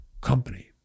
company